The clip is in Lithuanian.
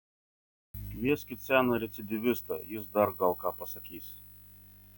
kvieskit seną recidyvistą jis dar gal ką pasakys